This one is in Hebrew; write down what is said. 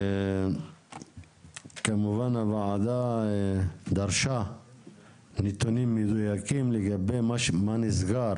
כמובן, הוועדה דרשה נתונים מדויקים לגבי מה נסגר